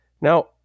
Now